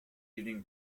evening